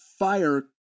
fire